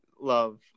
love